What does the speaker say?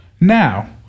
Now